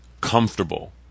comfortable